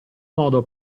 modo